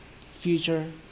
future